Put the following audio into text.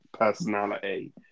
personality